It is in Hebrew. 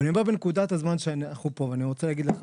אני אומר שבנקודת הזמן שאנחנו כאן אני רוצה להגיד לך